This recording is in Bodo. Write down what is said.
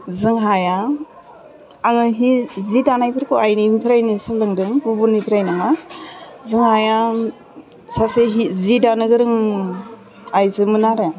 जोंहा आइया आङो जि दानायफोरखौ आइनिफ्रायनो सोलोंदों गुबुननिफ्राय नङा जोंहा आइया सासे जि दानो गोरों आइजोमोन आरो